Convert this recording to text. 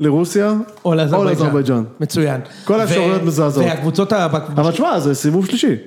לרוסיה, או לאזרבייג'אן, מצוין, כל האפשרויות מזעזעות, והקבוצות, אבל שמע זה סימוב שלישי